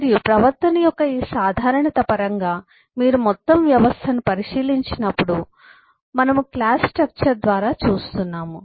మరియు ప్రవర్తన యొక్క ఈ సాధారణత పరంగా మీరు మొత్తం వ్యవస్థను పరిశీలించినప్పుడు మనము క్లాస్ స్ట్రక్చర్ ద్వారా చూస్తున్నాము